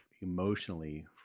emotionally